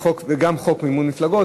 וגם חוק מימון מפלגות,